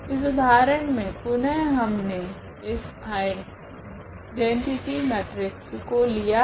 इस उदाहरण मे पुनः हमने इस आइडैनटिटि मेट्रिक्स को लिया है